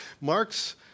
Mark's